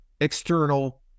external